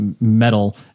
metal